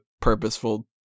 purposeful